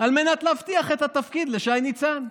על מנת להבטיח את התפקיד לשי ניצן.